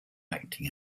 acting